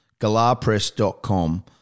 Galarpress.com